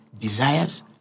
desires